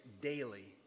daily